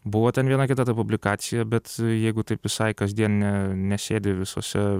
buvo ten viena kita ta publikacija bet jeigu taip visai kasdien ne nesėdi visose